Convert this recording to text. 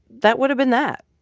that would've been that.